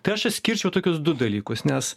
tai aš išskirčiau tokius du dalykus nes